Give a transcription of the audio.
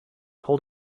hold